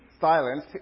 silence